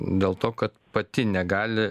dėl to kad pati negali